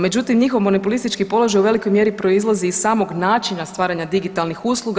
Međutim, njihov monopolistički položaj u velikoj mjeri proizlazi iz samog načina stvaranja digitalnih usluga.